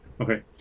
Okay